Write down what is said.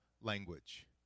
language